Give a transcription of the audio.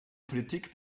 politik